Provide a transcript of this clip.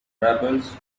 rebels